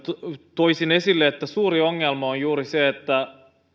toisin esille että suuri ongelma on juuri se että